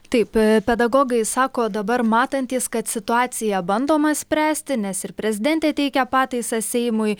taip pedagogai sako dabar matantys kad situaciją bandoma spręsti nes ir prezidentė teikia pataisas seimui